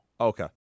Okay